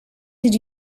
did